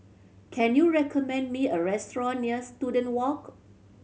can you recommend me a restaurant near Student Walk